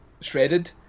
shredded